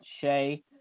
Shay